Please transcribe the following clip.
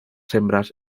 hembras